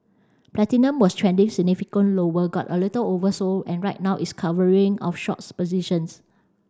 platinum was trending significantly lower got a little oversold and right now it's covering of short positions